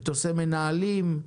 מטוסי מנהלים.